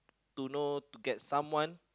to know to get someone